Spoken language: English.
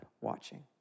watching